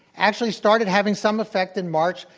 actually started having some effect in march,